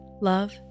love